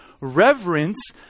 reverence